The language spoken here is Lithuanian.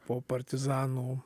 po partizanų